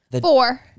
four